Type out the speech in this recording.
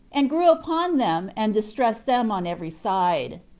and grew upon them, and distressed them on every side.